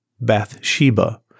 Bathsheba